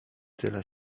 tyle